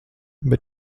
bet